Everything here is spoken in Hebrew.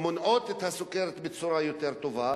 שלי התחלנו לשים לב יותר לכל הדברים האלה,